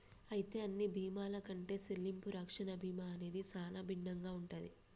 అయితే అన్ని బీమాల కంటే సెల్లింపు రక్షణ బీమా అనేది సానా భిన్నంగా ఉంటది